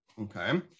okay